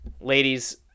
ladies